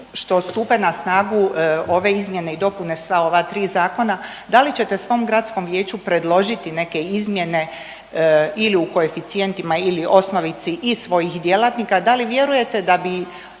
što stupe na snagu ove izmjene i dopune sva ova tri zakona da li ćete svom gradskom vijeću predložiti neke izmjene ili u koeficijentima ili osnovici i svojih djelatnika? Da li vjerujete da bi